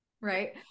Right